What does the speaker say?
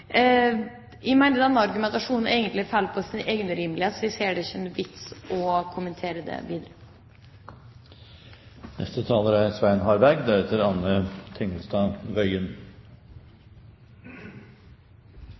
argumentasjonen egentlig faller på sin egen urimelighet, så jeg ser ingen vits i å kommentere det videre. Det er